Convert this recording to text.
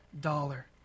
dollar